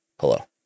Hello